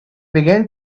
began